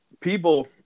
people